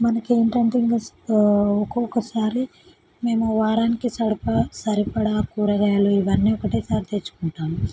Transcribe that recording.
మనకి ఏంటంటే ఇంకా ఒక్కొక్కసారి మేము వారానికి సరిప సరిపడ కూరగాయలు ఇవన్నీ కూడా ఒకటేసారి తెచ్చుకుంటాము